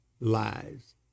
lies